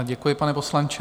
Děkuji, pane poslanče.